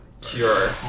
cure